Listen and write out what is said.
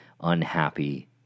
unhappy